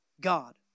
God